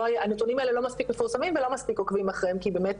הנתונים האלה לא באמת מפורסמים ולא באמת עוקבים אחריהם כי באמת